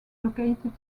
located